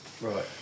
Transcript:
Right